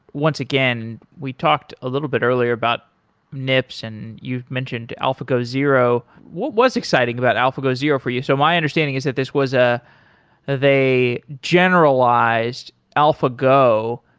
once again, we talked a little bit earlier about nips and you've mentioned alphago zero. what was exciting about alphago zero for you? so my understanding is that this was a they generalized alphago,